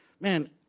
man